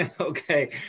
Okay